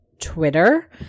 Twitter